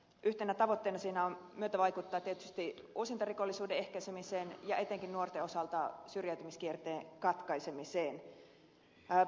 yhtenä tavoitteena siinä on myötävaikuttaa tietysti uusintarikollisuuden ehkäisemiseen ja etenkin nuorten osalta syrjäytymiskierteen katkaisemiseen